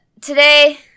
today